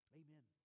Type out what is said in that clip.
amen